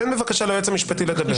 תן בבקשה ליועץ המשפטי לדבר.